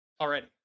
Already